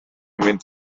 mynd